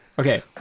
Okay